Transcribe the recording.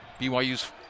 BYU's